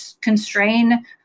constrain